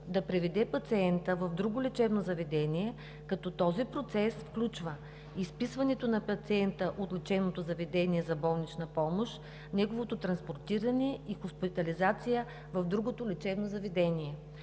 да приведе пациента в друго лечебно заведение“, като този процес включва изписването на пациента от лечебното заведение за болнична помощ, неговото транспортиране и хоспитализация в другото лечебно заведение.